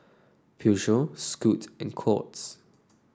Peugeot Scoot and Courts